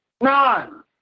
None